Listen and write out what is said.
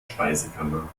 speisekammer